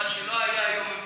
מה שלא היה היום.